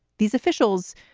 these officials,